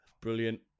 Brilliant